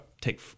take